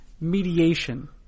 mediation